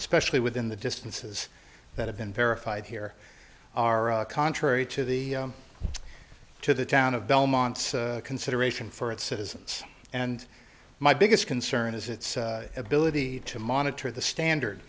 especially within the distances that have been verified here are contrary to the to the town of belmont consideration for its citizens and my biggest concern is its ability to monitor the standard